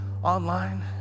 online